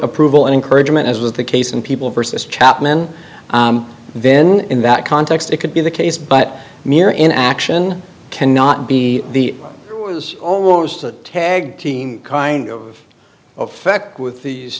approval and encouragement as was the case and people versus chapman then in that context it could be the case but mere in action cannot be the it was almost a tag team kind of fact with the